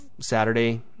Saturday